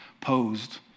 posed